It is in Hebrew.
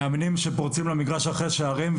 מאמנים שפורצים למגרש אחרי שערים,